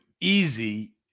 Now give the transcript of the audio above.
easy